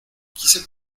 quise